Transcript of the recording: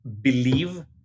believe